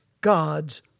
God's